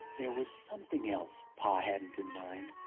there was something else pa hadn't in mind.